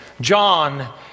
John